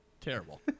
Terrible